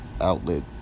outlet